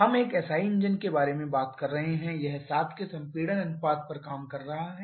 हम एक SI engine के बारे में बात कर रहे हैं यह 7 के संपीड़न अनुपात पर काम कर रहा है